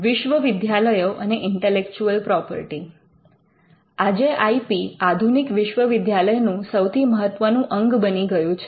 વિશ્વવિદ્યાલયો અને intellectual property આજે I P આધુનિક વિશ્વવિદ્યાલયનું સૌથી મહત્વનું અંગ બની ગયું છે